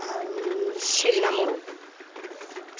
আর Serena মোড়ল